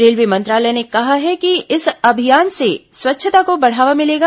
railway मंत्रालय ने कहा है कि इस अभियान से स्वच्छता को बढ़ावा मिलेगा